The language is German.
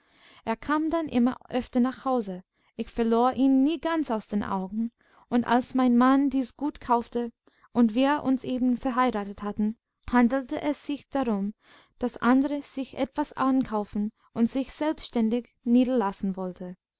er kam dann immer öfter nach hause ich verlor ihn nie ganz aus den augen und als mein mann dies gut kaufte und wir uns eben verheiratet hatten handelte es sich darum daß andres sich etwas ankaufen und sich selbständig niederlassen wollte